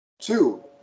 two